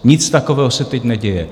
Nic takového se teď neděje.